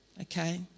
Okay